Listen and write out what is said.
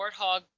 warthog